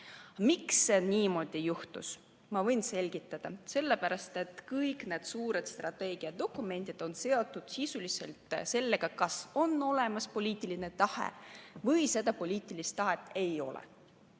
Miks niimoodi juhtus? Ma võin selgitada. Sellepärast, et kõik need suured strateegiadokumendid on seotud sisuliselt sellega, kas on olemas poliitiline tahe või poliitilist tahet ei ole.